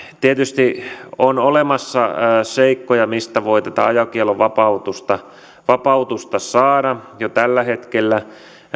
tietysti on olemassa seikkoja mistä voi tätä ajokiellon vapautusta vapautusta saada jo tällä hetkellä